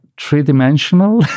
three-dimensional